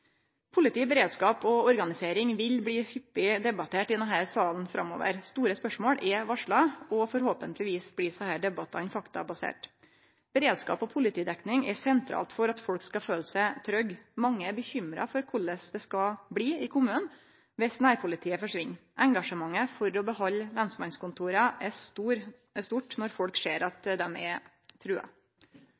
Politi, beredskap og organisering vil bli hyppig debattert i denne salen framover. Store spørsmål er varsla, og forhåpentleg blir desse debattane faktabaserte. Beredskap og politidekning er sentralt for at folk skal føle seg trygge. Mange er urolege for korleis det skal bli i kommunane dersom nærpolitiet forsvinn. Engasjementet for å behalde lensmannskontoret er stort når folk ser at det er trua.